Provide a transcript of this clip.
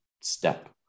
step